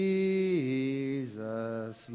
Jesus